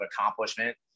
accomplishment